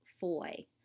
Foy